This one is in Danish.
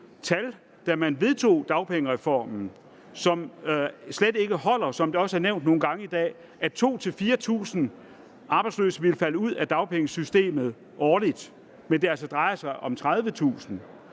da man vedtog dagpengereformen, som slet ikke holder – det er også nævnt nogle gange i dag – nemlig at 2.000-4.000 arbejdsløse ville falde ud af dagpengesystemet årligt, mens det altså drejer sig om 30.000.